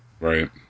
Right